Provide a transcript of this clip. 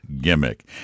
gimmick